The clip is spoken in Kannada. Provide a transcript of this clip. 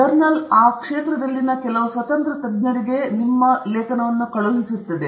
ಅದು ಆ ಪ್ರದೇಶದಲ್ಲಿನ ಕೆಲವು ಸ್ವತಂತ್ರ ತಜ್ಞರಿಗೆ ಅದನ್ನು ಕಳುಹಿಸುತ್ತದೆ